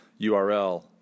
URL